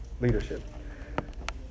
leadership